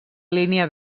línia